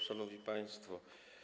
Szanowni Państwo!